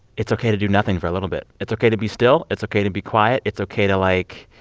it's ok to do nothing for a little bit. it's ok to be still. it's ok to be quiet. it's ok to, like,